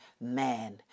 man